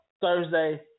Thursday